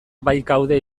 baikaude